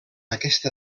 aquesta